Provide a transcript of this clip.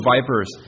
vipers